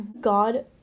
god